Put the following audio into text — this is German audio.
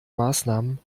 maßnahmen